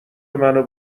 منو